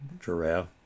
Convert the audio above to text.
Giraffe